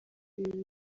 ibi